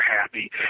happy